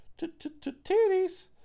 titties